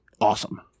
Awesome